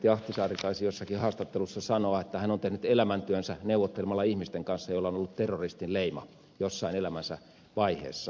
presidentti ahtisaari taisi jossain haastattelussa sanoa että hän on tehnyt elämäntyönsä neuvottelemalla ihmisten kanssa joilla on ollut terroristin leima jossain elämänsä vaiheessa